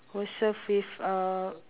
was served with a